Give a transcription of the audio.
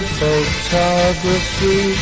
photography